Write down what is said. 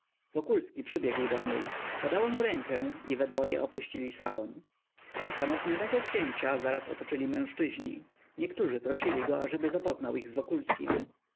wokulski przybiegł do niej podała mu rękę i we dwoje opuścili salon osamotnionego księcia zaraz otoczyli mężczyźni niektórzy prosili go ażeby zapoznał